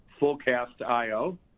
Fullcast.io